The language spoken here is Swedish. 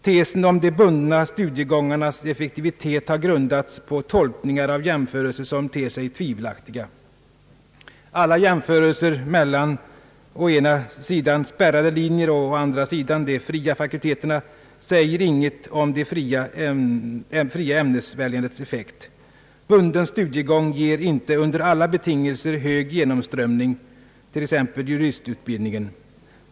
Tesen om de bundna studiegångarnas effektivitet har grundats på tolkningar av jämförelser som ter sig helt tvivelaktiga. Alla jämförelser mellan å ena sidan spärrade linjer och å andra sidan de fria fakulteterna säger inget om det fria ämnesväljandets effekt. Bunden studiegång ger inte under alla betingelser hög genomströmning, t.ex. juristutbildningen.